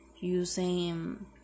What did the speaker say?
using